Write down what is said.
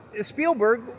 Spielberg